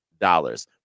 dollars